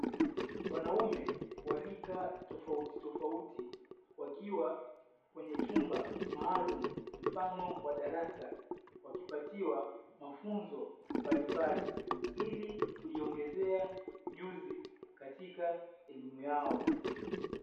Wanaume wa rika tofautitofauti wakiwa kwenye chumba maalumu mfano wa darasa wakipatiwa mafunzo mbalimbali ili kujiongezea ujuzi katika elimu yao.